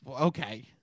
Okay